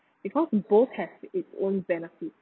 because both have it's own benefits